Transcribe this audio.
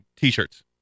t-shirts